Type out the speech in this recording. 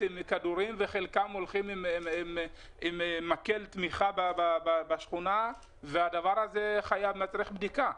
וחלקם הולכים עם מקל תמיכה בשכונה והדבר הזה מצריך בדיקה.